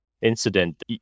incident